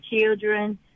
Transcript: children